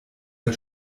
der